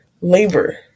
labor